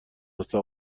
واسه